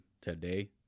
today